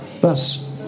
Thus